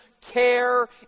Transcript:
care